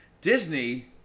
Disney